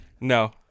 No